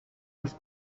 his